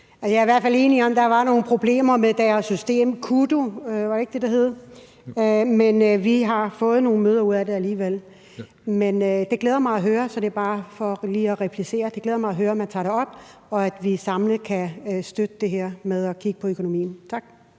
Jeg er i hvert fald enig i, at der var nogle problemer med deres system – KUDO, var det ikke det, det hed? Men vi har fået nogle møder ud af det alligevel. Men det glæder mig at høre. Så det er bare for lige at replicere: Det glæder mig at høre, at man tager det op, og at vi samlet kan støtte det her med at kigge på økonomien. Kl.